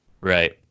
Right